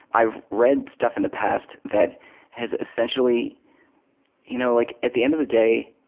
i've read stuff in the past that has essentially you know like at the end of the day,